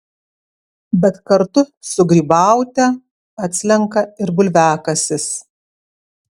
bet kartu su grybaute atslenka ir bulviakasis